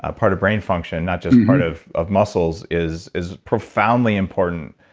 ah part of brain function not just part of of muscle is is profoundly important,